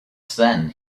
then